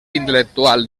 intel·lectual